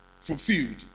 fulfilled